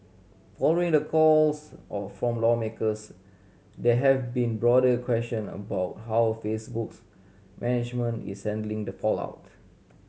following the calls all from lawmakers there have been broader question about how Facebook's management is handling the fallout